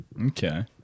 Okay